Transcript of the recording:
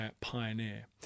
pioneer